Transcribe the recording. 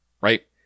Right